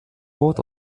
wort